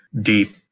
deep